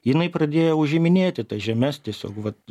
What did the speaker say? jinai pradėjo užiminėti tas žemes tiesiog vat